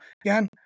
again